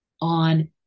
on